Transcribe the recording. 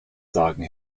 sagen